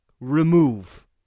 remove